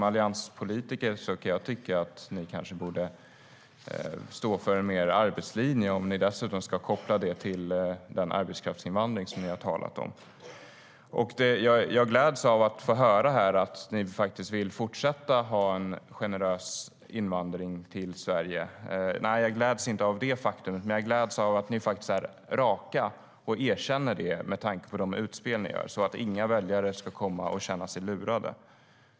Jag kan tycka att ni allianspolitiker kanske mer borde stå för en arbetslinje, dessutom kopplad till den arbetskraftsinvandring som ni har talat om. Jag gläds åt att få höra att ni vill fortsätta ha en generös invandring till Sverige. Nej, jag gläds inte åt det faktumet, men jag gläds åt att ni är raka och erkänner det med tanke på de utspel ni gör. Inga väljare ska känna sig lurade.